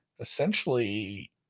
essentially